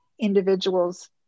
individuals